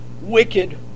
wicked